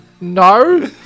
no